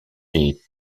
est